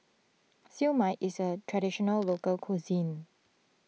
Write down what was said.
Siew Mai is a Traditional Local Cuisine